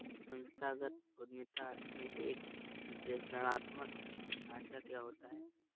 संस्थागत उद्यमिता में एक विश्लेषणात्मक ढांचा क्या होता है?